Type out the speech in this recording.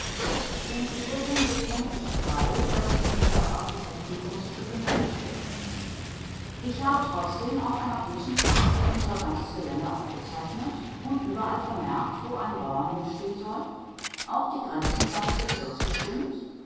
im übrigen bekenne ich frei daß ich mich auf architektenkunststücke nicht verstehe ich habe trotzdem auf einer großen karte unser ganzes gelände aufgezeichnet und überall vermerkt wo ein bauernhof stehen soll auch die grenzen seines bezirks bestimmt